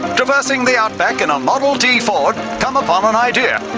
traversing the outback in a model t ford, come upon an idea,